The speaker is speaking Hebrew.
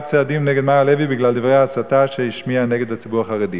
צעדים נגד מר הלוי בגלל דברי ההסתה שהשמיע נגד הציבור החרדי.